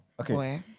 okay